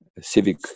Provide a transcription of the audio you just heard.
civic